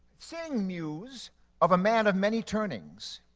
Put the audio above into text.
sing muse of a man of many turnings.